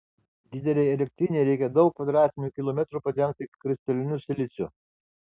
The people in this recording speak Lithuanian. didelei elektrinei reikia daug kvadratinių kilometrų padengti kristaliniu siliciu